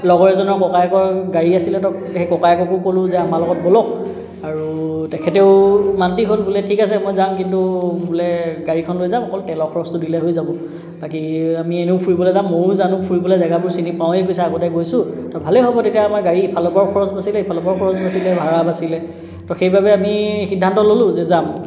লগৰ এজনৰ ককায়েকৰ গাড়ী আছিলে তো সেই ককায়েককো ক'লোঁ যে আমাৰ লগত ব'লক আৰু তেখেতেও মান্তি হ'ল বোলে ঠিক আছে মই যাম কিন্তু বোলে গাড়ীখন লৈ যাম অকল তেলৰ খৰচটো দিলে হৈ যাব বাকী আমি এনেও ফুৰিবলৈ যাম ময়ো যাম ফুৰিবলৈ জেগাবোৰ চিনি পাওঁৱেই আগতে গৈছোঁ তো ভালেই হ'ব তেতিয়া আমাৰ গাড়ীৰ ফালৰ পৰাও খৰচ বাচিলে ইফালৰ পৰাও খৰচ বাচিলে ভাৰা বাচিলে তো সেইবাবে আমি সিদ্ধান্ত ল'লোঁ যে যাম